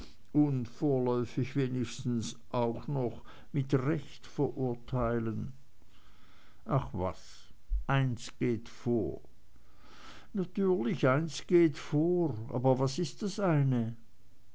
vorläufig wenigstens auch noch mit recht verurteilen ach was eins geht vor natürlich eins geht vor aber was ist das eine